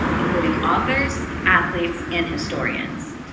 including authors, athletes, and historians.